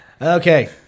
Okay